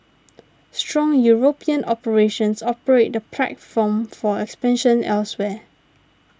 strong European operations operate the platform for expansion elsewhere